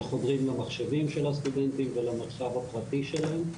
שחודרים למחשבים של הסטודנטים ולמצב הפרטי שלהם,